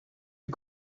you